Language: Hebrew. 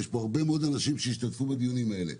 יש פה הרבה מאוד אנשים שהשתתפו בדיונים האלה,